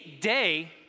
day